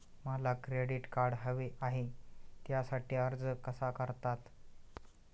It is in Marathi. मला क्रेडिट कार्ड हवे आहे त्यासाठी अर्ज कसा करतात?